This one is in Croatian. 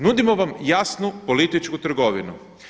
Nudimo vam jasnu političku trgovinu.